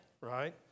right